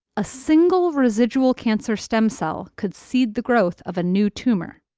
a single residual cancer stem cell could seed the growth of a new tumor.